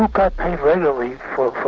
got got paid regularly for